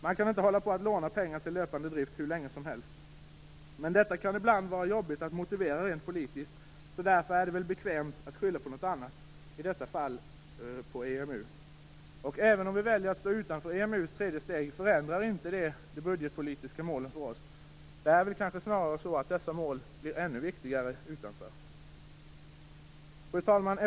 Man kan inte hur länge som helst fortsätta att låna pengar till löpande drift, men detta kan ibland vara jobbigt att motivera rent politiskt, och därför är det väl bekvämt att skylla på något annat, i detta fall på EMU. Även om vi väljer att stå utanför EMU:s tredje steg, förändras inte de budgetpolitiska målen för oss. Det är kanske snarare så att dessa mål blir ännu viktigare utanför. Fru talman!